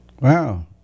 Wow